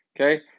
okay